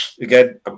again